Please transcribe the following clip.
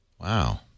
Wow